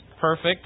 perfect